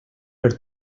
per